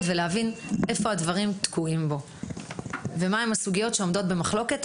ולהבין היכן הדברים תקועים ומה הסוגיות שעומדות במחלוקת.